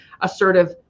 assertive